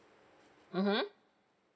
mmhmm